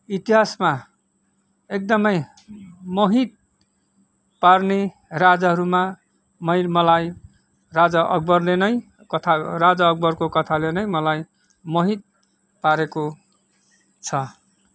इतिहासमा एकदमै मोहित पार्ने राजाहरूमा मै मलाई राजा अकबरले नै कथा राजा अकबरको कथाले नै मलाई मोहित पारेको छ